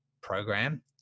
program